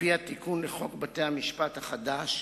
על-פי התיקון לחוק בתי-המשפט החדש,